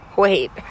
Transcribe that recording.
Wait